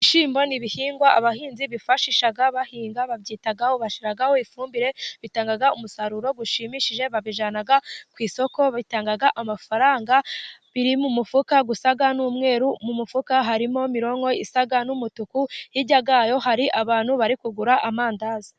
Ibishyimbo n'ibihingwa abahinzi bifashisha bahinga, babyitaho, bashyiraho ifumbire, bitanga umusaruro ushimishije, babijyana ku isoko, bitanga amafaranga, biri mu mufuka gusa n'umweru, mu mufuka harimo imironko isa n'umutuku hijya yayo hari abantu bari kugura amandazi.